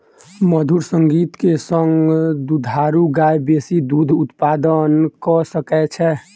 मधुर संगीत के संग दुधारू गाय बेसी दूध उत्पादन कअ सकै छै